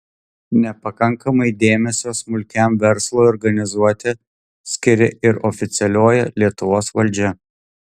nepakankamai dėmesio smulkiam verslui organizuoti skiria ir oficialioji lietuvos valdžia